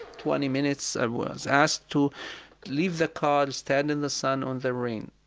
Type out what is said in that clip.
twenty minutes. i was asked to leave the car, stand in the sun or the rain.